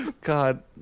god